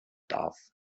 darf